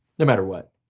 no matter what.